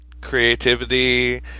creativity